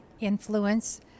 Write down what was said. influence